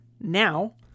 now